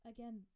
Again